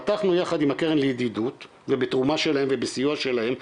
פתחנו יחד עם ה"קרן לידידות" ובתרומה שלהם ובסיוע שלהם,